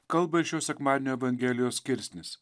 kalba ir šio sekmadienio evangelijos skirsnis